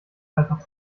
einfach